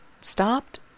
stopped